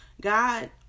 God